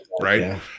right